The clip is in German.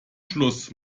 schluss